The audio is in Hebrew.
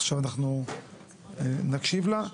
עכשיו אנחנו נקשיב לה.